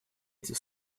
эти